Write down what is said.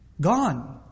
Gone